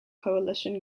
coalition